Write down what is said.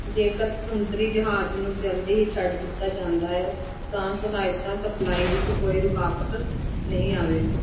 ਜੇਕਰ ਸਮੁੰਦਰੀ ਜਹਾਜ਼ ਨੂੰ ਜਲਦੀ ਹੀ ਛੱਡ ਦਿੱਤਾ ਜਾਂਦਾ ਹੈ ਤਾਂ ਸਹਾਇਤਾ ਸਪਲਾਈ ਵਿੱਚ ਕੋਈ ਰੁਕਾਵਟ ਨਹੀਂ ਆਵੇਗੀ